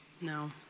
No